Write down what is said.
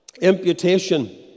imputation